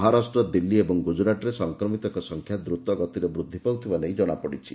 ମହାରାଷ୍ଟ୍ର ଦିଲ୍ଲୀ ଏବଂ ଗୁଜରାଟରେ ସଂକ୍ରମିତଙ୍କ ସଂଖ୍ୟା ଦ୍ରତଗତିରେ ବୃଦ୍ଧି ପାଉଥିବା ଜଣାପଡ଼ିଛି